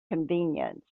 convenience